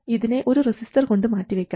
ഇതിനെ ഒരു റെസിസ്റ്റർ കൊണ്ട് മാറ്റിവെക്കാം